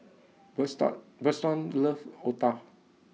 Bertrand Bertrand loves Otah